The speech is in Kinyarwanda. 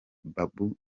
babo